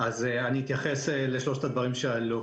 אני אתייחס לשלושת הדברים שעלו.